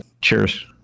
Cheers